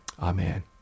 Amen